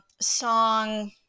song